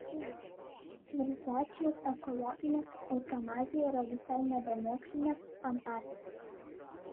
civilizacijos ekologinė eutanazija yra visai nebe mokslinė fantastika